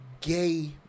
gay